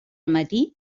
matí